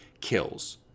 kills